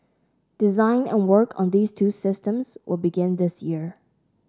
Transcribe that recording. design and work on these two systems will begin this year